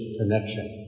connection